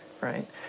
right